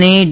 અને ડી